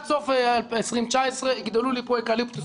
עד סוף 2019 יגדלו לי פה אקליפטוסים.